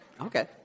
Okay